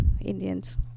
Indians